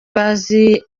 bazi